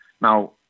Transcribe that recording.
Now